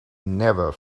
never